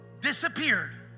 disappeared